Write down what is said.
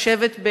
ששמעתם,